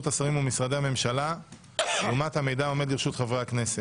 השרים ומשרדי הממשלה לעומת המידע העומד לרשות חברי הכנסת.